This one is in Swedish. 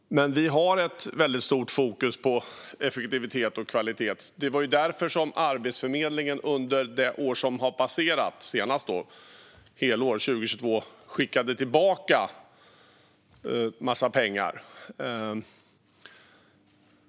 Men vi har ett väldigt stort fokus på effektivitet och kvalitet. Det är därför Arbetsförmedlingen under det senaste helår som har passerat, 2022, skickade tillbaka en massa pengar.